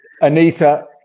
Anita